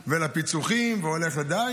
ולפיצוחים והולך לדיין.